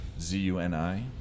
Z-U-N-I